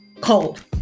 cold